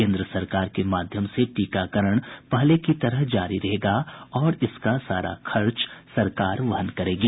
केंद्र सरकार के माध्यम से टीकाकरण पहले की तरह जारी रहेगा और इसका सारा खर्च केंद्र सरकार वहन करेगी